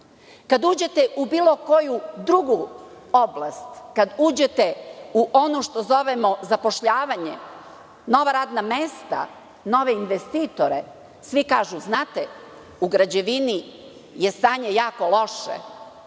uđete u bilo koju drugu oblast, kad uđete u ono što zovemo zapošljavanje, nova radna mesta, nove investitore, svi kažu – u građevini je stanje jako loše,